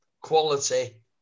quality